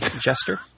Jester